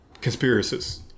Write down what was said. Conspiracists